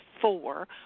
four